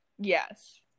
Yes